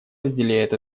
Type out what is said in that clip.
разделяет